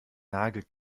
nagel